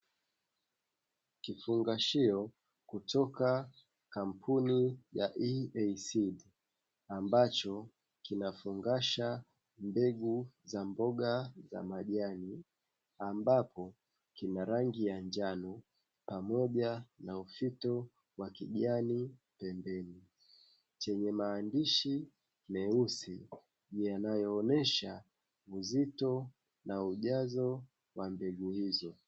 Kifungashio kutoka kampuni ya ''EAC'' ambacho kinafungasha mbegu za mboga zamajani ambacho kina rangi ya njano pamoja na ufito wa rangi ya kijani, pembeni chenye maandishi meusi yanayoonesha uzito na ujazo wa mbegu hizo.